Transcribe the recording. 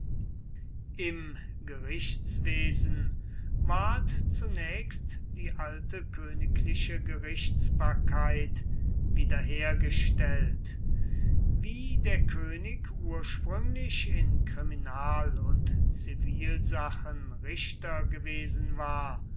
im gerichtswesen ward zunächst die alte königliche gerichtsbarkeit wiederhergestellt wie der könig ursprünglich in kriminal und zivilsachen richter gewesen war